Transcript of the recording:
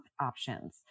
options